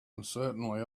uncertainly